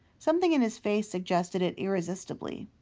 something in his face suggested it irresistibly.